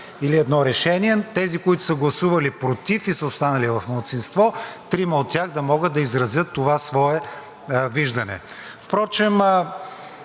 или едно решение, тези, които са гласували против и са останали в малцинство, трима от тях да могат да изразят това свое виждане. Впрочем,